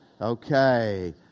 Okay